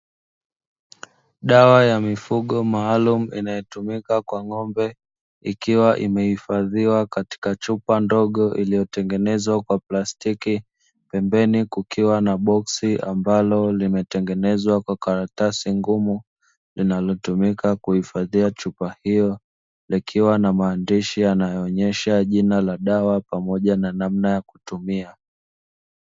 Dawa ya mifugo maalumu inayotumika kwa ng'ombe, ikiwa imehifadhiwa katika chupa ndogo iliyotengenezwa kwa plastiki, pembeni kukiwa na boksi ambalo limetengenezwa kwa karatasi ngumu linalotumika kuhifadhia chupa hiyo likiwa na maandishi yanayoonyesha jina la dawa pamoja na namna ya kutumia.